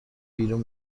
بیرون